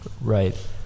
Right